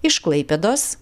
iš klaipėdos